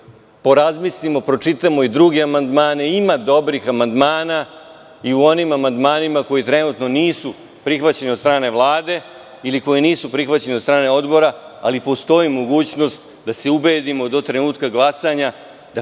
porazmislimo, pročitamo i druge amandmane. Ima dobrih amandmana i u onim amandmanima koji trenutno nisu prihvaćeni od strane Vlade ili koji nisu prihvaćeni od strane odbora, ali postoji mogućnost da se ubedimo do trenutka glasanja